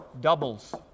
doubles